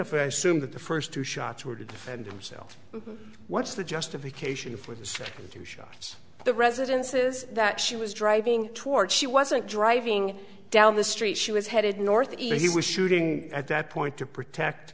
if i assume that the first two shots were to defend himself what's the justification for the second two shots the residence is that she was driving toward she wasn't driving down the street she was headed north either he was shooting at that point to protect